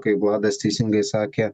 kaip vladas teisingai sakė